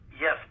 Yes